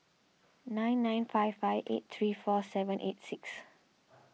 nine nine five five eight three four seven eight six